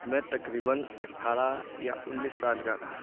میں تقریباً اٹھارہ یا انیس سال کا رہا